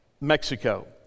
Mexico